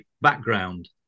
background